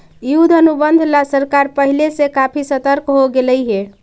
युद्ध अनुबंध ला सरकार पहले से काफी सतर्क हो गेलई हे